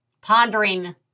pondering